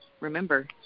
remember